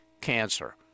cancer